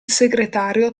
segretario